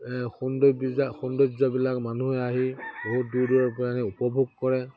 সৌন্দৰ্যা সৌন্দৰ্যবিলাক মানুহে আহি বহুত দূৰ দূৰ পৰা আহি উপভোগ কৰে